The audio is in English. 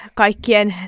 kaikkien